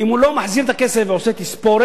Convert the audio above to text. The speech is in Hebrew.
אם הוא לא מחזיר את הכסף ועושה תספורת,